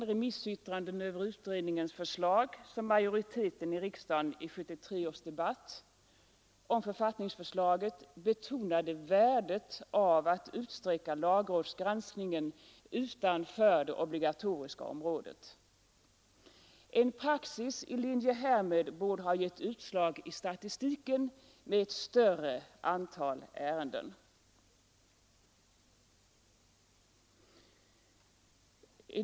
och remissyttrandena över utredningens förslag som majoriteten av ledamöter i 1973 års riksdagsdebatt om författningsförslaget betonade värdet av att utsträcka lagrådsgranskningen utanför det obligatoriska området. En praxis i linje härmed borde ha givit utslag i statistiken med ett större antal ärenden.